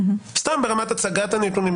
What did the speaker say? סתם ברמת הצגת הנתונים,